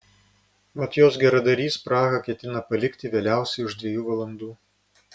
mat jos geradarys prahą ketina palikti vėliausiai už dviejų valandų